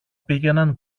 πήγαιναν